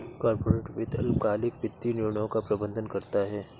corporate वित्त अल्पकालिक वित्तीय निर्णयों का प्रबंधन करता है